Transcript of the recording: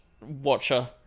Watcher